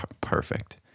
perfect